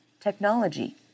technology